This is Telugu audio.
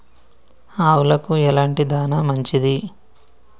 ఆవులకు ఎలాంటి దాణా మంచిది?